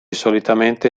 solitamente